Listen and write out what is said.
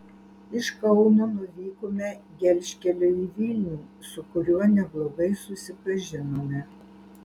iš kauno nuvykome gelžkeliu į vilnių su kuriuo neblogai susipažinome